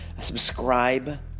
Subscribe